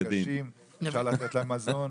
אפשר לתת להם מזון.